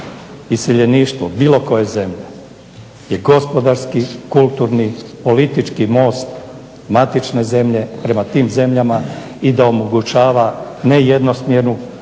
iseljeništvo bilo koje zemlje je gospodarski, kulturni, politički most matične zemlje prema tim zemljama i da omogućava ne jednosmjernu